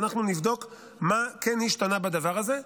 ואנחנו נבדוק מה כן השתנה בדבר הזה.